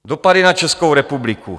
Dopady na Českou republiku.